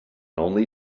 only